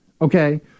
okay